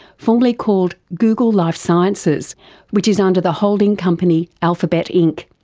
formerly called google life sciences which is under the holding company alphabet inc.